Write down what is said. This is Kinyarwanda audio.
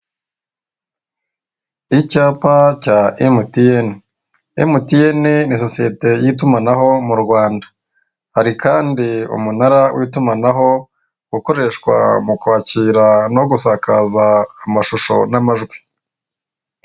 Icyapa cya emutiyeni, emutiyeni ni sosiyete y'itumanaho mu rwanda hari kandi umunara w'itumanaho ukoreshwa mu kwakira no gusakaza amashusho n'amajwi.